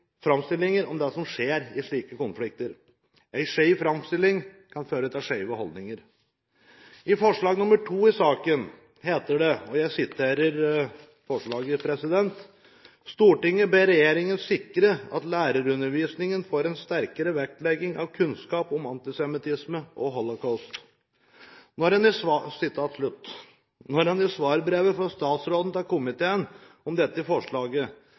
framstillinger om det som skjer i slike konflikter. En skjev framstilling kan føre til skjeve holdninger. I forslag nr. 2 i saken står det: «Stortinget ber regjeringen sikre at lærerundervisningen får en sterkere vektlegging av kunnskap om antisemittisme og holocaust.» Når en i svarbrevet fra statsråden til komiteen om dette forslaget